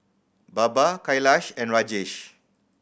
Baba Kailash and Rajesh